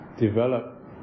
develop